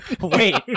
wait